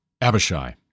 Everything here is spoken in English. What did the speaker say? Abishai